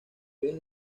pies